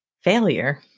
failure